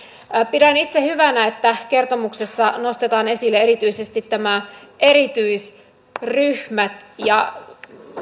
pidän itse hyvänä että kertomuksessa nostetaan esille erityisesti nämä erityisryhmät ja